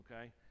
okay